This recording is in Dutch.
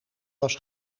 was